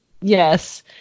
yes